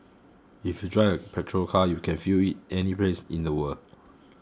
if you drive a petrol car you can fuel it any place in the world